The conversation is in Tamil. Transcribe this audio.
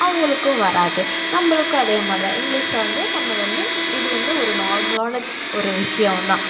அவங்களுக்கும் வராது நம்மளுக்கும் அதே மாதிரி தான் இங்கிலிஷை வந்து நம்ம வந்து இது வந்து ஒரு நார்மலான ஒரு விஷயம் தான்